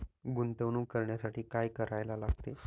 गुंतवणूक करण्यासाठी काय करायला लागते?